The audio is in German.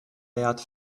wert